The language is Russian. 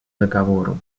договору